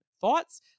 Thoughts